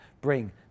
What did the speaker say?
Bring